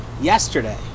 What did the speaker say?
yesterday